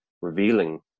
revealing